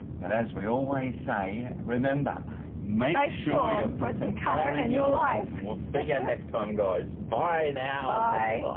but as we always say remember make sure you put some color in your life, and we'll see you ah next time, guys. bye now. i